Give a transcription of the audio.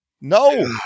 no